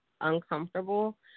uncomfortable